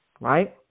right